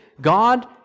God